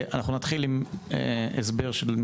רשות האוכלוסין, תודה רבה.